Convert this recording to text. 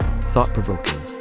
thought-provoking